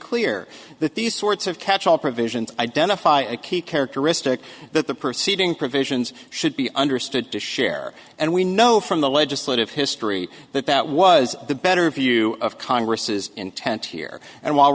clear that these sorts of catch all provisions identify a key characteristic that the proceeding provisions should be understood to share and we know from the legislative history that that was the better view of congress's intent here and while